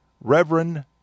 Reverend